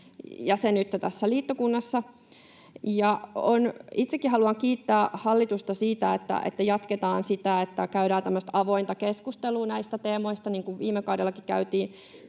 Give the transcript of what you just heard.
jäsenyyttä tässä liittokunnassa. Itsekin haluan kiittää hallitusta siitä, että jatketaan sitä, että käydään tämmöistä avointa keskustelua näistä teemoista, niin kuin viime kaudellakin käytiin.